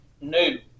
new